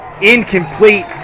Incomplete